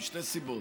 משתי סיבות: